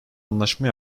anlaşma